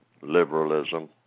liberalism